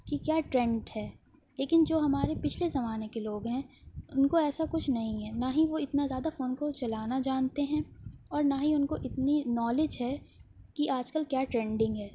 کہ کیا ٹرنٹ ہے لیکن جو ہمارے پچھلے زمانے کے لوگ ہیں ان کو ایسا کچھ نہیں ہے نہ ہی وہ اتنا زیادہ فون کو چلانا جانتے ہیں اور نہ ہی ان کو اتنی نالج ہے کہ آج کل کیا ٹرنڈنگ ہے